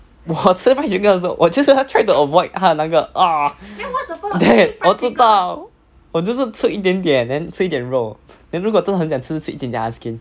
我吃 fried chicken 的时候我就是要 try to avoid 他的那个 ugh 我知道我就是吃一点点 then 吃一点肉 then 如果真的很想吃吃一点点 ah asking